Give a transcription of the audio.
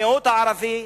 המיעוט הערבי,